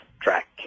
track